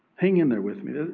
hang in there with me.